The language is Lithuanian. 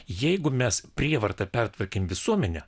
jeigu mes prievarta pertvarkėm visuomenę